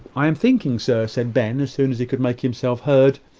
i'm thinking, sir, said ben, as soon as he could make himself heard,